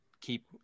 keep